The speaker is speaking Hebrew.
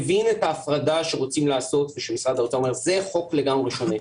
אני מבין את ההפרדה שרוצים ושמשרד האוצר אומר: זה חוק לגמרי שונה.